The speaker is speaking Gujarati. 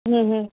હમ